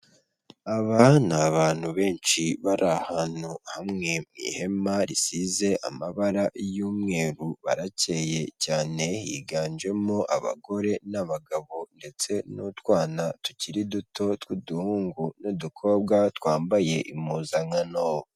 Aba ni abantu benshi bari ahantu hamwe mu ihema risize amabara y'umweru, barakeye cyane, higanjemo abagore n'abagabo ndetse n'utwana tukiri duto tw'uduhungu n'udukobwa twambaye impuzankano.